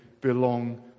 belong